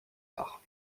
arts